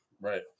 Right